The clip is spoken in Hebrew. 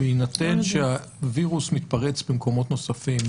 בהינתן שהווירוס מתפרץ במקומות נוספים,